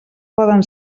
poden